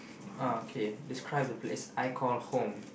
oh okay describe the place I call home